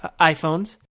iPhones